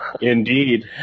Indeed